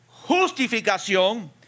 justificación